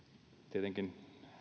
tietenkin